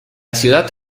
ciudad